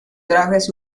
trajes